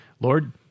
Lord